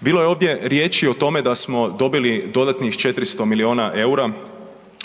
Bilo je ovdje riječi o tome da smo dobili dodatnih 400 miliona EUR-a